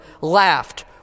laughed